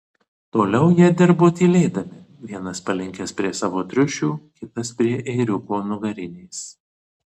toliau jie dirbo tylėdami vienas palinkęs prie savo triušių kitas prie ėriuko nugarinės